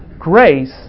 grace